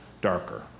darker